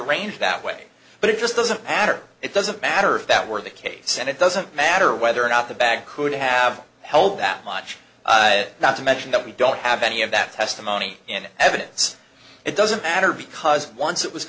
arranged that way but it just doesn't matter it doesn't matter if that were the case and it doesn't matter whether or not the bag could have held that much not to mention that we don't have any of that testimony in evidence it doesn't matter because once it was